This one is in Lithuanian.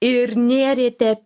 ir nėrėte